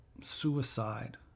suicide